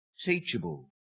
teachable